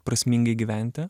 prasmingai gyventi